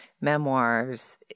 memoirs